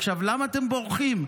עכשיו, למה אתם בורחים?